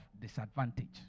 disadvantage